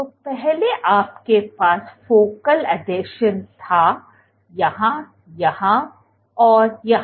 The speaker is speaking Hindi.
तो पहले आपके पास फोकल आसंजन था यहां यहां और यहां